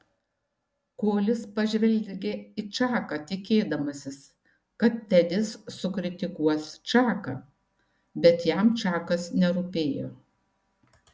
kolis pažvelgė į čaką tikėdamasis kad tedis sukritikuos čaką bet jam čakas nerūpėjo